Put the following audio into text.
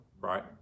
right